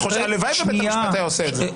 הלוואי שבית המשפט היה עושה את זה.